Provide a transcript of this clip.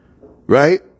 Right